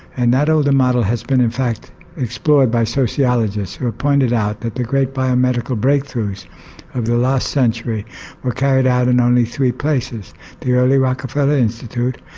and that older model has been in fact explored by sociologists who have pointed out that the great biomedical breakthroughs of the last century were carried out in only three places the early rockefeller institute,